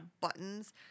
buttons